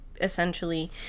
essentially